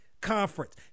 conference